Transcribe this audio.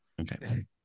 Okay